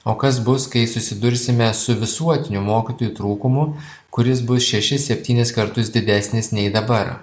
o kas bus kai susidursime su visuotiniu mokytojų trūkumu kuris bus šešis septynis kartus didesnis nei dabar